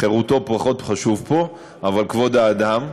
חירותו פחות חשובה פה, מה לעשות, אבל כבוד האדם.